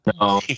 No